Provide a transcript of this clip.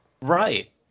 Right